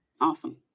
Awesome